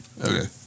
Okay